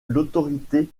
l’autorité